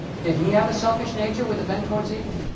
did he have a selfish nature with a bent towards evil?